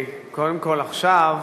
קודם כול, עכשיו,